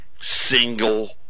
single